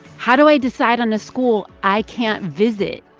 how do i decide on a school i can't visit?